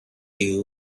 you